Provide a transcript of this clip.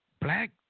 black